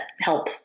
help